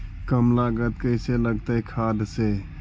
कम लागत कैसे लगतय खाद से?